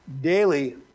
Daily